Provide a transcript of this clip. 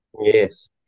Yes